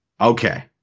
Okay